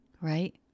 right